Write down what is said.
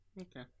Okay